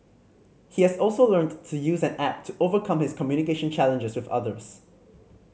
he has also learnt to use an app to overcome his communication challenges with others